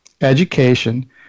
education